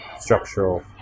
structural